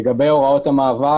לגבי הוראות המעבר